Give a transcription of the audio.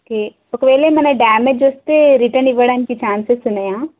okay ఒకవేళ ఏమైనా damage వస్తే రిటర్న్ ఇవ్వడానికి చాన్సెస్ ఉన్నాయా